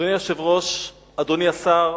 אדוני היושב-ראש, אדוני השר,